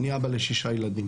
אני אבא לשישה ילדים,